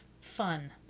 fun